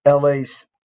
LA's